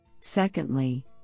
Secondly